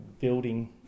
building